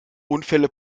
unfälle